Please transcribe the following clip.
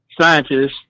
scientists